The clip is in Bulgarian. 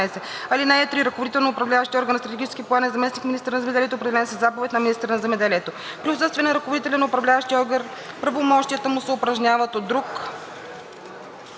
(3) Ръководител на Управляващия орган на Стратегическия план е заместник-министър на земеделието, определен със заповед на министъра на земеделието. При отсъствие на ръководителя на Управляващия орган правомощията му се упражняват от друг,